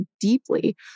deeply